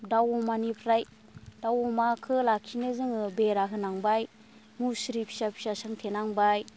दाउ अमानिफ्राय दाउ अमाखौ लाखिनो जोङो बेरा होनांबाय मुस्रि फिसा फिसा सोंथेनांबाय